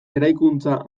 eraikuntza